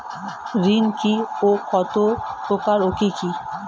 ঋণ কি ও কত প্রকার ও কি কি?